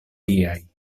liaj